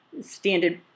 standard